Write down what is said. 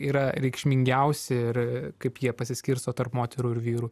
yra reikšmingiausi ir kaip jie pasiskirsto tarp moterų ir vyrų